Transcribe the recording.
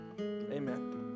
Amen